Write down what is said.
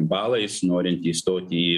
balais norint įstoti